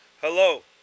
Hello